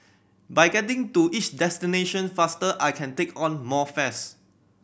by getting to each destination faster I can take on more fares